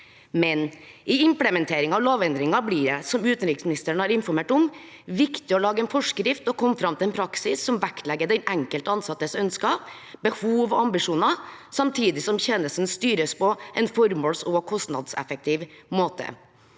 Men i implementeringen av lovendringen blir det, som utenriksministeren har informert om, viktig å lage en forskrift og komme fram til en praksis som vektlegger den enkelte ansattes ønsker, behov og ambisjoner, samtidig som tjenesten styres på en formåls- og kostnadseffektiv måte.